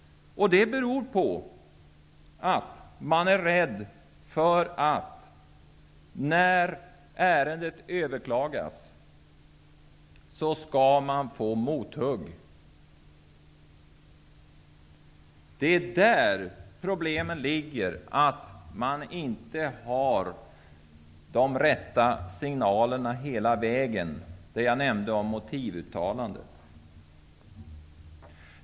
Det beror på att de är rädda för att de skall få mothugg när ärendet överklagas. Det är där problemen ligger. Man har inte de rätta signalerna hela vägen. Jag nämnde motivuttalandet.